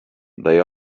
they